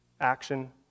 Action